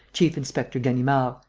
chief-inspector ganimard.